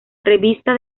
revista